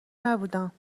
نبودم